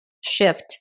shift